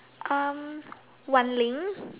um Wan-ling